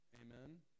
amen